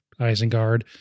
Isengard